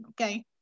okay